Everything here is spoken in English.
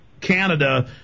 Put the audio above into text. Canada